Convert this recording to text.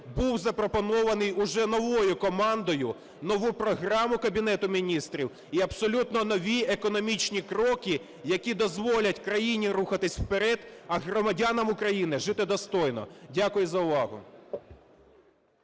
був запропонований вже новою командою, нову програму Кабінету Міністрів і абсолютно нові економічні кроки, які дозволять країні рухатись вперед, а громадянам України жити достойно. Дякую за увагу.